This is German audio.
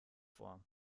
vor